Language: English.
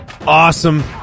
awesome